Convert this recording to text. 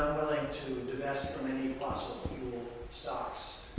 willing to divest from any fossil fuel stops.